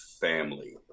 family